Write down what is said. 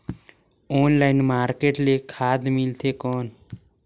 Online market ले खाद मिलथे कौन?